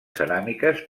ceràmiques